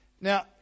Now